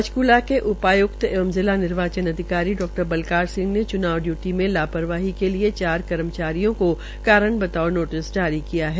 पंचक्ला के उपाय्क्त एवं जिला निर्वाचन अधिकारी डा बलकार सिंह ने च्नाव डय्टी में लापरवाही के लिये चार कर्मचारियो को कारण बताओं नोटिस जारी किया है